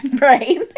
Right